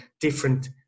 different